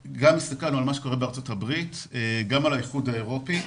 הסתכלנו גם על מה שקורה בארצות הברית וגם על האיחוד האירופי.